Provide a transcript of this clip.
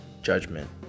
judgment